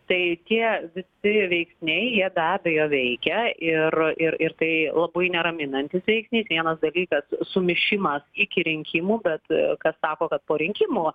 tai tie visi veiksniai jie be abejo veikia ir ir ir tai labai neraminantis veiksnys vienas dalykas sumišimas iki rinkimų bet kas sako kad po rinkimų